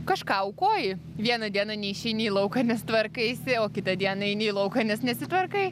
kažką aukoji vieną dieną neišeini į lauką nes tvarkaisi o kitą dieną eini į lauką nes nesitvarkai